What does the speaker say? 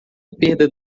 perda